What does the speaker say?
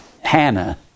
Hannah